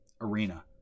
arena